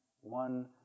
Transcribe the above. One